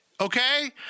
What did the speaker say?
Okay